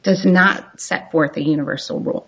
does not set forth a universal r